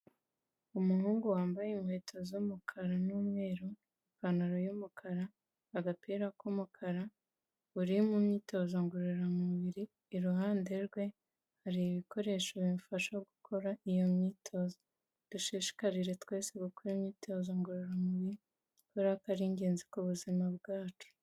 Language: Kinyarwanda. Umuhungu wambaye inkweto z'umukara n'umweru, ipantaro y'umukara, agapira k'umukara uri mu myitozo ngororamubiri, iruhande rwe hari ibikoresho bimufasha gukora iyo myitozo. Dushishikarire twese gukora imyitozo ngororamubiri kubera ko ari ingenzi ku buzima bwacu.